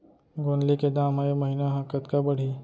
गोंदली के दाम ह ऐ महीना ह कतका बढ़ही?